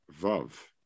vav